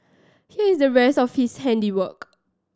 here is the rest of his handiwork